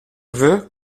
veux